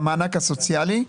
במענק הסוציאלי,